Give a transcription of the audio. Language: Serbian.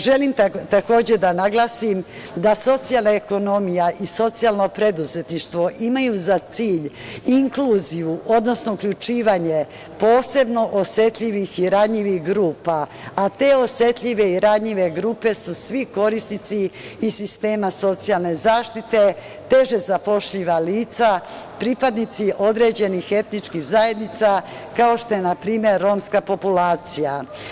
Takođe, želim da naglasim da socijalna ekonomija i socijalno preduzetništvo imaju za cilj inkluziju, odnosno uključivanje posebno osetljivih i ranjivih grupa, a te osetljive i ranjive grupe su svi korisnici iz sistema socijalne zaštite, teže zapošljiva lica, pripadnici određenih etničkih zajednica, kao što je npr. romska populacija.